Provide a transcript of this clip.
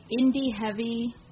indie-heavy